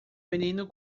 menino